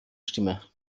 stimmen